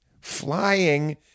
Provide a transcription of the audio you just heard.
flying